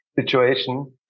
situation